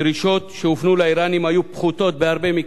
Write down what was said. אירן הדרישות שהופנו לאירנים היו פחותות בהרבה מכך,